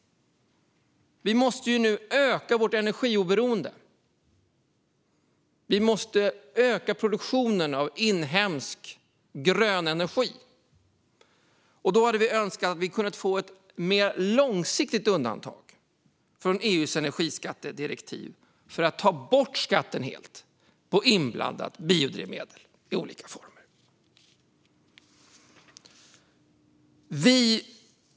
Vi måste nu öka vårt energioberoende, och vi måste öka produktionen av inhemsk grön energi. Då hade vi önskat att vi hade kunnat få ett mer långsiktigt undantag från EU:s energiskattedirektiv för att ta bort skatten helt på inblandat biodrivmedel i olika former.